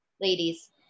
ladies